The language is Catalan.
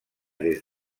des